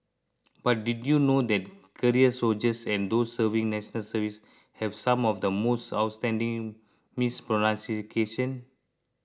but did you know that career soldiers and those serving National Service have some of the most outstanding mispronunciation